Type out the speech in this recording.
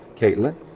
Caitlin